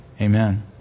Amen